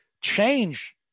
change